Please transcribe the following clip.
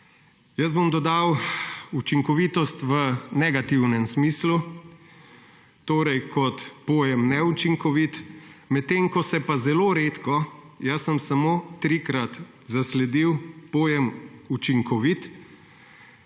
jaz bom dodal, učinkovitost v negativnem smislu, torej kot pojem neučinkovit, medtem pa zelo redko, jaz sem samo trikrat zasledil, pojem učinkovit,